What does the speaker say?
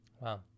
Wow